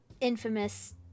infamous